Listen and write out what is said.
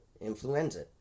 Influenza